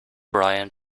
brian